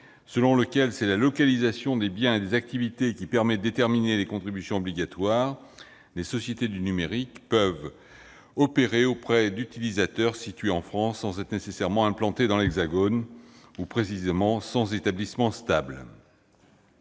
selon lequel la localisation des biens et activités permet de déterminer les contributions obligatoires, les sociétés du numérique peuvent opérer auprès d'utilisateurs situés en France sans être nécessairement implantées dans l'Hexagone ou, plus précisément, sans y avoir d'établissement stable.